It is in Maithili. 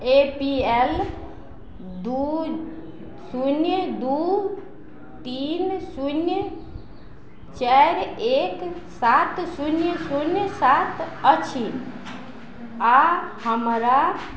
ए पी एल दू शून्य दू तीन शून्य चारि एक सात शून्य शून्य सात अछि आ हमरा